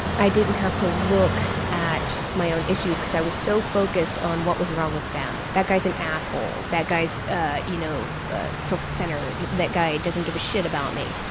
i didn't have to look at my own issues because i was so focused on what was wrong with them. that guy's an asshole, that guy's ah you know ah self-centered. that guy doesn't give a shit about me.